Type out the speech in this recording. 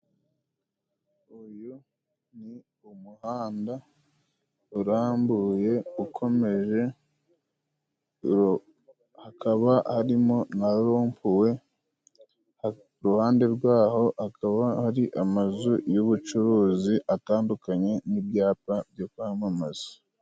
Uyu ni umuhanda urambuye ukomeje hakaba harimo na Ropuwe, uruhande rwaho akaba ari amazu y'ubucuruzi atandukanye n'ibyapa byo kwamamaza.